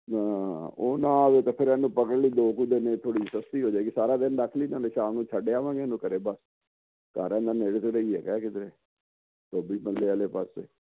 ਹਾਂ ਉਹ ਨਾ ਆਵੇ ਤਾਂ ਫਿਰ ਇਹਨੂੰ ਪਕੜ ਲਈ ਦੋ ਕੁ ਦਿਨ ਥੋੜ੍ਹੀ ਸਸਤੀ ਹੋ ਜਾਏਗੀ ਸਾਰਾ ਦਿਨ ਰੱਖ ਲੀ ਭਾਵੇਂ ਸ਼ਾਮ ਨੂੰ ਛੱਡ ਆਵਾਂਗੇ ਇਹਨੂੰ ਘਰੇ ਬਸ ਘਰ ਇਹਦਾ ਨੇੜੇ ਤੇੜੇ ਹੈਗੀ ਕਿਧਰੇ ਵਾਲੇ ਪਾਸੇ